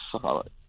solid